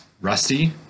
Rusty